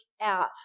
out